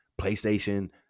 PlayStation